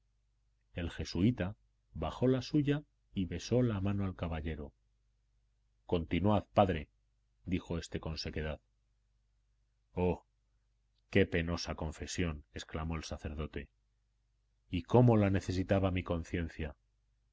el jesuita bajó la suya y besó la mano al caballero continuad padre dijo éste con sequedad oh qué penosa confesión exclamó el sacerdote y cómo la necesitaba mi conciencia